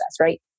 Right